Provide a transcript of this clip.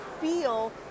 feel